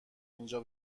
اینجا